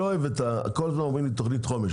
כל הזמן אומרים לי תוכנית חומש.